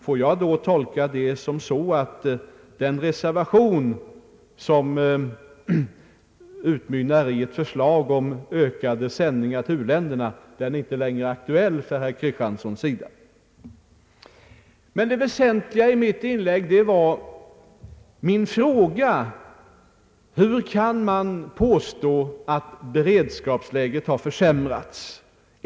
Får jag då tolka det så att den reservation som utmynnar i ett förslag om ökade sändningar till u-länderna inte längre är aktuell från herr Kristianssons sida? Men det väsentliga i mitt inlägg var frågan: Hur kan man påstå att vårt beredskapsläge har försämrats?